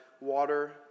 water